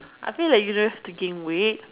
I feel like you don't have to gain weight